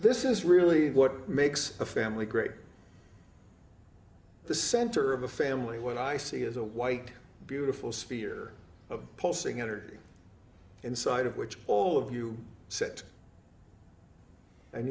this is really what makes a family great the center of the family what i see as a white beautiful sphere of pulsing energy inside of which all of you sit and